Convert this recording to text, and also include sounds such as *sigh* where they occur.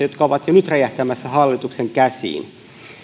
*unintelligible* jotka ovat jo nyt räjähtämässä hallituksen käsiin